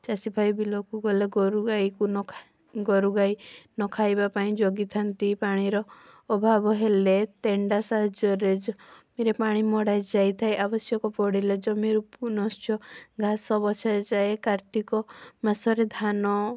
ଚାଷୀ ଭାଇ ବିଲକୁ ଗଲେ ଗୋରୁ ଗାଈକୁ ନ ଖା ଗୋରୁ ଗାଈ ନଖାଇବା ପାଇଁ ଜଗିଥାନ୍ତି ପାଣିର ଅଭାବ ହେଲେ ତେଣ୍ଡା ସାହାଯ୍ୟରେ ଜମିରେ ପାଣି ମଡ଼ା ଯାଇଥାଏ ଆବଶ୍ୟକ ପଡ଼ିଲେ ଜମିରୁ ପୁନଶ୍ଚ ଘାସ ବଛାଯାଏ କାର୍ତ୍ତିକ ମାସରେ ଧାନ